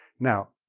now,